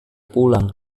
pulang